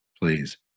please